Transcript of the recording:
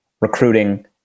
recruiting